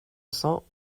cents